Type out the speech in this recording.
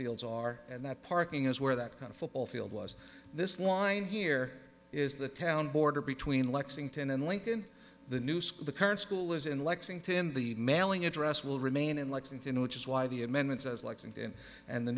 fields are and that parking is where that kind of football field was this line here is the town border between lexington and lincoln the new school the current school is in lexington the mailing address will remain in lexington which is why the amendment says like in and the